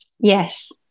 yes